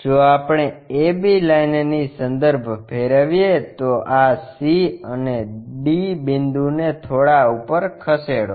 જો આપણે AB line ની સંદર્ભ ફેરવીએ તો આ C અને D બિંદુ ને થોડા ઉપર ખસેડો